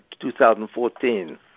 2014